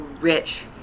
rich